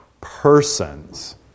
persons